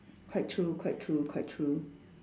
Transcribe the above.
quite true quite true quite true